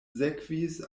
sekvis